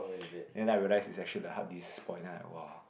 then after I realise is actually the hard disk spoil then I [wah]